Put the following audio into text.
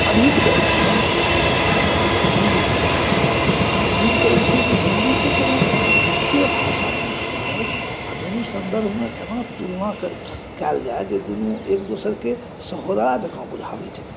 अधिक जाइ छनि हिन्दीकेँ अपेक्षा तऽ हम उम्मीद करै छी कि हिन्दी से कनि नीके भाषा मैथिली अछि आ दुनू सन्दर्भमे एना तुलना कयल जाए जे दुनू एक दोसरकेँ सहोदरा जकाँ बुझाबए छथिन